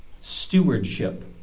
stewardship